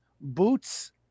boots